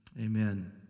Amen